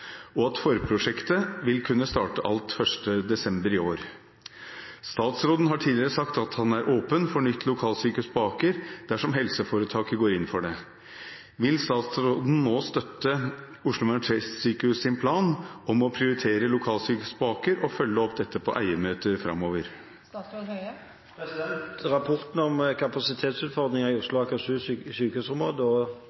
og at forprosjektet vil kunne starte alt 1. desember i år. Statsråden har tidligere sagt at han er åpen for nytt lokalsykehus på Aker, dersom helseforetaket går inn for det. Vil statsråden nå støtte OUS' plan om å prioritere lokalsykehus på Aker og følge opp dette på eiermøter framover?» Rapporten om kapasitetsutfordringer i Oslo